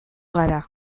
gara